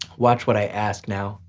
watch what i ask now.